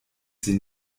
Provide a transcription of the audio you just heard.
sie